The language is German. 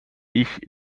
ich